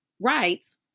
Rights